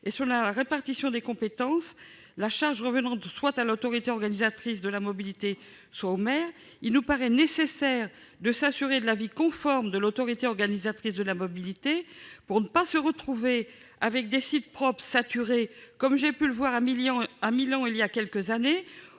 de la répartition des compétences, la charge revenant soit à l'autorité organisatrice de la mobilité, soit au maire, il paraît nécessaire de s'assurer de l'avis conforme de l'autorité organisatrice de la mobilité pour ne pas se retrouver avec des sites propres saturés, comme j'ai pu le constater à Milan il y a quelques années.